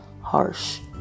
harsh